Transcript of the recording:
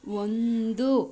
ಒಂದು